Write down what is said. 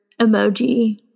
emoji